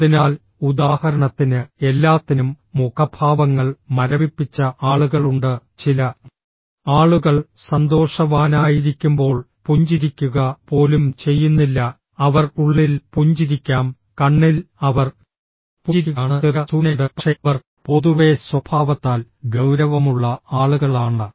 അതിനാൽ ഉദാഹരണത്തിന് എല്ലാത്തിനും മുഖഭാവങ്ങൾ മരവിപ്പിച്ച ആളുകളുണ്ട് ചില ആളുകൾ സന്തോഷവാനായിരിക്കുമ്പോൾ പുഞ്ചിരിക്കുക പോലും ചെയ്യുന്നില്ല അവർ ഉള്ളിൽ പുഞ്ചിരിക്കാം കണ്ണിൽ അവർ പുഞ്ചിരിക്കുകയാണെന്ന് ചെറിയ സൂചനയുണ്ട് പക്ഷേ അവർ പൊതുവെ സ്വഭാവത്താൽ ഗൌരവമുള്ള ആളുകളാണ്